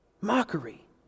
Mockery